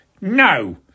No